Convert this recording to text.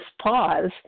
pause